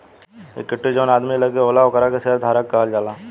equity जवन आदमी के लगे होला ओकरा के शेयर धारक कहल जाला